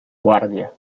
guardia